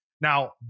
Now